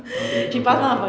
okay okay